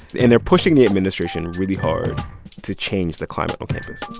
and they're pushing the administration really hard to change the climate on campus.